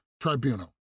tribunal